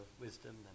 wisdom